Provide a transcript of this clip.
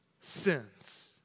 sins